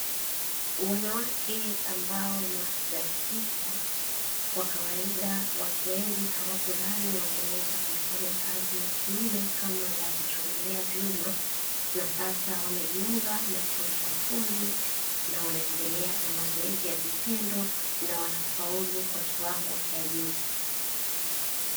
Wanawake ambao ni wa kizazi kipya kwa kawaida watu wengi hawakudhani wangeweza kuifanya kazi ya kiume kama vile ya kuchomelea vyuma, na sasa wamejiunga na chuo cha ufundi na wanaendelea na mazoezi ya vitendo na wanafaulu kwa kiwango cha juu.